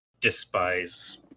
despise